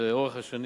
לאורך השנים